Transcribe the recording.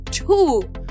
two